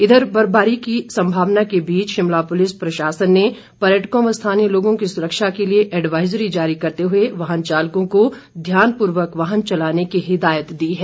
इधर बर्फबारी की संभावना के बीच शिमला पुलिस प्रशासन ने पर्यटकों व स्थानीय लोगों की सुरक्षा के लिए एडवाइजरी जारी करते हुए वाहन चालकों को ध्यानपूर्वक वाहन चलाने की हिदायत दी है